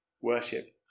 worship